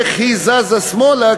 איך היא זזה שמאלה,